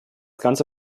ganze